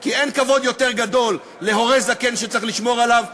כי אין כבוד יותר גדול להורה זקן שצריך לשמור עליו,